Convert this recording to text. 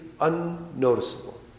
unnoticeable